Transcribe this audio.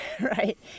right